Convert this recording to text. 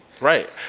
Right